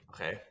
Okay